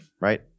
right